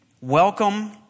welcome